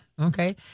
Okay